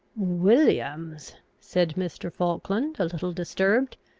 williams, said mr. falkland, a little disturbed,